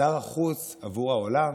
שר החוץ, עבור העולם